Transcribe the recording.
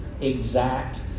exact